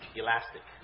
elastic